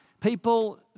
people